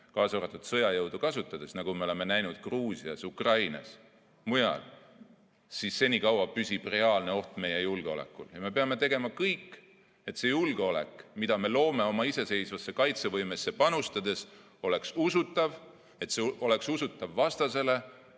kaasa arvatud sõjajõudu kasutades, nagu me oleme näinud Gruusias, Ukrainas ja mujal, senikaua püsib reaalne oht meie julgeolekule. Me peame tegema kõik, et see julgeolek, mida me loome oma iseseisvasse kaitsevõimesse panustades, oleks usutav, see oleks usutav vastasele,